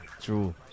True